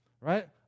right